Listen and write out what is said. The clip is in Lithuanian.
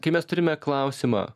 kai mes turime klausimą